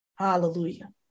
hallelujah